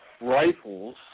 rifles